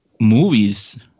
movies